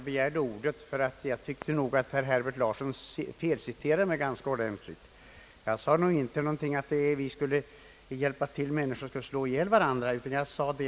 Herr talman!